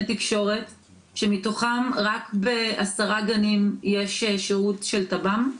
תקשורת שמתוכם רק ב-10 גנים יש שירות של טב"מ,